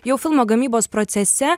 jau filmo gamybos procese